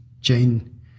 Jane